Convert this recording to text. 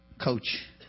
Coach